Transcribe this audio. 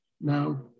now